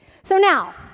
so now,